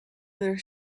their